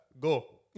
go